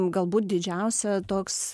galbūt didžiausia toks